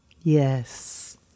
Yes